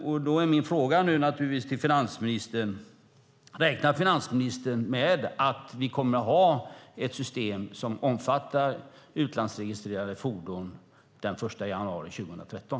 Min fråga till finansministern blir naturligtvis: Räknar finansministern med att vi den 1 januari 2013 kommer att ha ett system som omfattar utlandsregistrerade fordon?